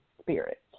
spirit